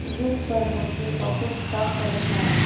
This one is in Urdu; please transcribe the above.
جس پر مجھے بہت فخر ہیں